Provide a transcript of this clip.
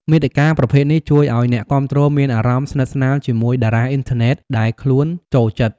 មាតិកាប្រភេទនេះជួយឱ្យអ្នកគាំទ្រមានអារម្មណ៍ស្និទ្ធស្នាលជាមួយតារាអុីនធឺណិតដែលខ្លួនចូលចិត្ត។